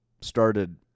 started